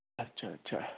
ਅੱਛਾ ਅੱਛਾ